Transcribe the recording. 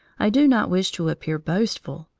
i do not wish to appear boastful,